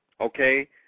Okay